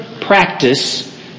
practice